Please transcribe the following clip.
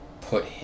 put